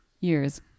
years